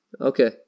Okay